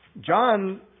John